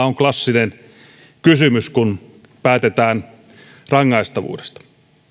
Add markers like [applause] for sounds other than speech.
[unintelligible] on klassinen kysymys kun päätetään rangaistavuudesta